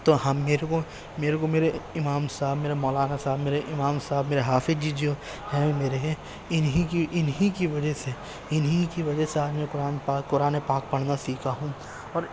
تو ہم میرے کو میرے کو میرے امام صاحب میرے مولانا صاحب میرے امام صاحب میرے حافظ جی جو ہیں میرے ہیں انہی کی انہی کی وجہ سے انہی کی وجہ سے آج میں قرآن پاک قرآن پاک پڑھنا سیکھا ہوں اور